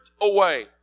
away